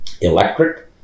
electric